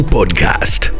Podcast